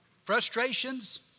frustrations